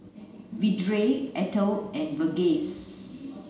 Vedre Atal and Verghese